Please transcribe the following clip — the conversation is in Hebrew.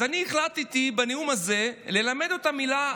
אז החלטתי בנאום הזה ללמד אותם מילה,